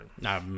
No